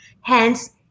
Hence